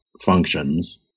functions